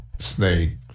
snake